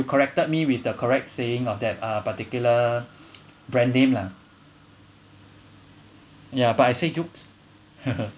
corrected me with the correct saying of that particular brand name lah ya but I say yeo's